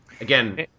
again